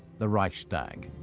the reichstag.